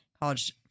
college